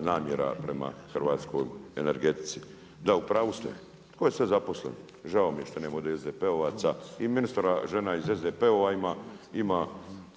namjera prema hrvatskoj energetici. Da u pravu ste, tko je sve zaposlen, žao mi je što nema ovdje SPD-ovaca, i ministrova žena iz SDP-ova ima